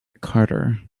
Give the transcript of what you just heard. carter